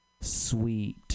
sweet